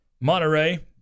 monterey